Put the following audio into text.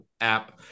app